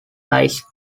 lies